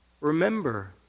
remember